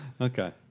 okay